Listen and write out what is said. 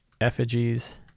effigies